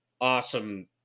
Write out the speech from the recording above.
awesome